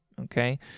Okay